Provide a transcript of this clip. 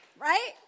right